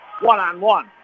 One-on-one